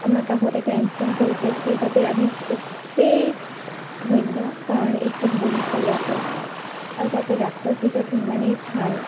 আমাৰ কাষতে টাইমছখন বহিছে সেইবাবে আমি খুবেই ধন্য কাৰণ এইখন বহিছে ইয়াতে আৰু তাতে ডাক্টৰকেইজন ইমানেই ভাল